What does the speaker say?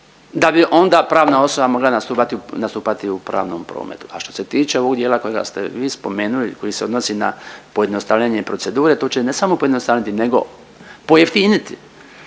da bi onda pravna osoba mogla nastupati u pravnom prometu. A što se tiče ovog dijela kojega ste vi spomenuli koji se odnosi na pojednostavljenje procedure to će je ne samo pojednostavniti, nego pojeftiniti